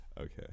okay